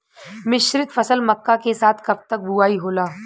मिश्रित फसल मक्का के साथ कब तक बुआई होला?